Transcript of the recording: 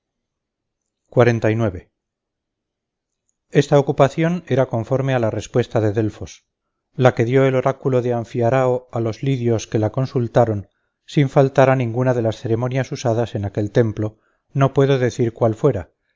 metal esta ocupación era conforme a la respuesta de delfos la que dio el oráculo de anfiarao a los lidios que la consultaron sin faltar a ninguna de las ceremonias usadas en aquel templo no puedo decir cuál fuera